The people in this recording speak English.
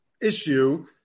issue